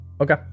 Okay